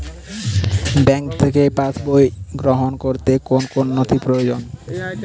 Bank থেকে pass বই সংগ্রহ করতে কোন কোন নথি প্রয়োজন?